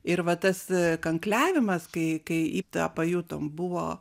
ir va tas kankliavimas kai kai tą pajutom buvo